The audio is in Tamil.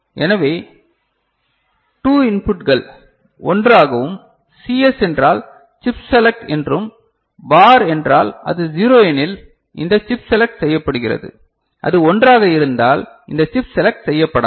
எனவே 2 இன்புட்கள் 1 ஆகவும் சிஎஸ் என்றால் சிப் செலக்ட் என்றும் பார் என்றால் அது 0 எனில் இந்த சிப் செலக்ட் செய்யப்படுகிறது அது 1 ஆக இருந்தால் இந்த சிப் செலக்ட் செய்யப்படாது